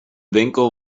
winkel